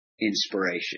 inspiration